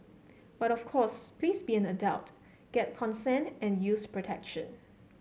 but of course please be an adult get consent and use protection